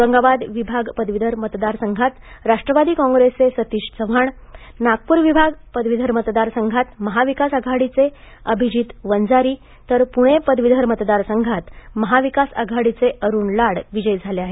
औरंगाबाद विभाग पदवीधर मतदार संघात राष्ट्रवादी काँग्रेसचे सतिश चव्हाण नागपूर विभाग पदवीधर मतदार संघात महाविकास आघाडीचे अभिजित वंजारी तर पुणे पदवीधर मतदारसंघात महाविकास आघाडीचे अरुण लाड विजयी झाले आहेत